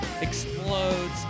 explodes